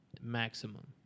maximum